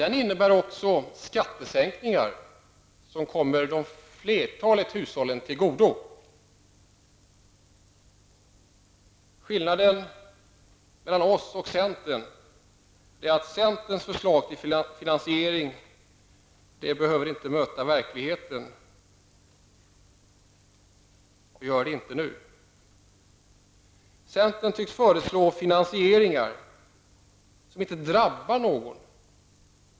Den innebär skattesänkningar som kommer flertalet hushåll till godo. Skillnaden mellan oss och centern är att centerns förslag till finansiering inte behöver möta verkligheten. Centern tycks föreslå finansieringar som inte drabbar någon.